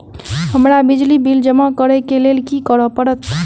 हमरा बिजली बिल जमा करऽ केँ लेल की करऽ पड़त?